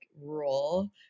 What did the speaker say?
role